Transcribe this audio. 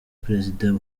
prezida